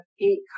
eight